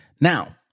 Now